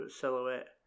silhouette